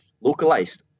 localized